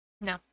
No